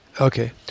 okay